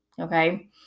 Okay